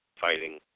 fighting